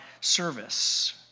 service